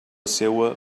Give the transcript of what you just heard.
seua